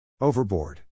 Overboard